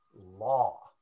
law